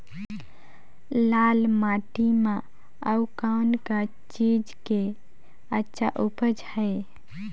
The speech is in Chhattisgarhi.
लाल माटी म अउ कौन का चीज के अच्छा उपज है?